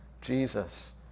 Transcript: Jesus